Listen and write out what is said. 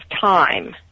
time